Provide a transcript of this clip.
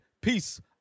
Peace